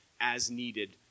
as-needed